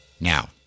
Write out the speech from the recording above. Now